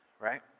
right